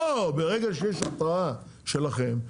ברגע שיש התרעה שלכם,